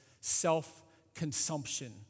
self-consumption